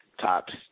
tops